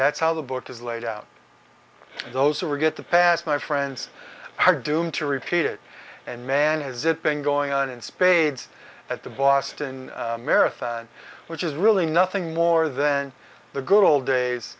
that's how the book is laid out those who are good to pass my friends are doomed to repeat it and man has it been going on in spades at the boston marathon which is really nothing more then the good old days